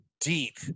deep